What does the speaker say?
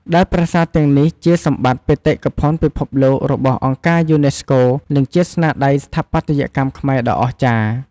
ដែលប្រាសាទទាំងនេះ ជាសម្បត្តិបេតិកភណ្ឌពិភពលោករបស់អង្គការយូណេស្កូ និងជាស្នាដៃស្ថាបត្យកម្មខ្មែរដ៏អស្ចារ្យ។